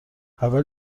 اول